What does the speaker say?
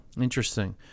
Interesting